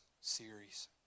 series